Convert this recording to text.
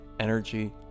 energy